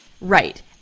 Right